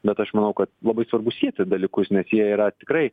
bet aš manau kad labai svarbu sieti dalykus nes jie yra tikrai